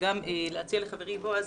וגם להציע לחברי בועז